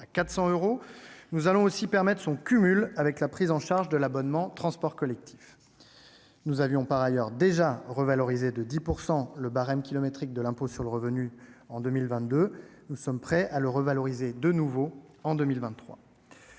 à 400 euros. Nous allons aussi permettre son cumul avec la prise en charge de l'abonnement transport collectif. Nous avions, par ailleurs, déjà revalorisé de 10 % le barème kilométrique de l'impôt sur le revenu en 2022. Nous sommes prêts à le revaloriser de nouveau en 2023.